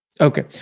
Okay